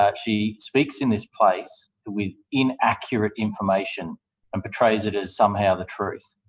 ah she speaks in this place with inaccurate information and portrays it as somehow the truth.